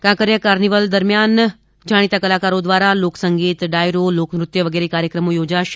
કાંકરિયા કાર્મિવલમાં જાણીતા કલાકારો દ્વારા લોકસંગીત ડાયરો લોકનૃત્ય વગેરે કાર્યક્રમો યોજાશે